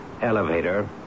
Elevator